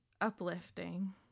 uplifting